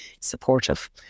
supportive